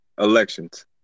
elections